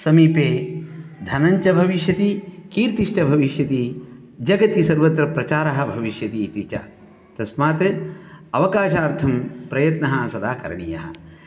समीपे धनञ्च भविष्यति किर्तिश्च भविष्यति जगति सर्वत्र प्रचारः भविष्यति इति च तस्मात् अवकाशार्थं प्रयत्नः सदा करणीयः